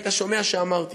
היית שומע שאמרתי